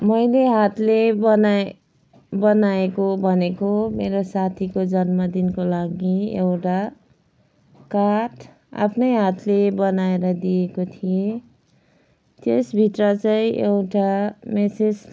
मैले हातले बनाए बनाएको भनेको मेरो साथीको जन्मदिनको लागि एउटा कार्ड आफ्नै हातले बनाएर दिएको थिएँ त्यसभित्र चाहिँ एउटा मेसेज